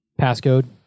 passcode